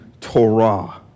Torah